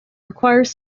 requires